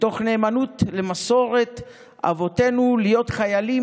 ותוך נאמנות למסורת אבותינו להיות חיילים